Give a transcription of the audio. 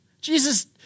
Jesus